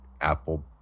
Apple